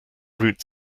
root